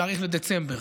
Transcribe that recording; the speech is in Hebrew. להאריך לדצמבר.